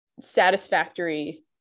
satisfactory